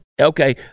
Okay